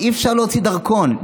אי-אפשר להוציא דרכון.